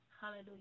Hallelujah